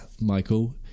Michael